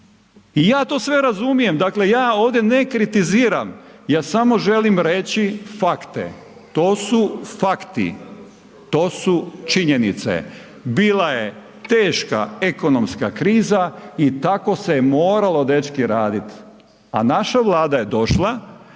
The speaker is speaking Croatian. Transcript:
I ja to sve razumijem, dakle ja ovdje ne kritiziram, ja samo želim reći fakte. To su fakti. To su činjenice. Bila je teška ekonomska kriza i tako se moralo dečki, raditi. A naša Vlada je došla,